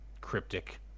cryptic